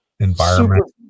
environment